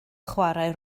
chwarae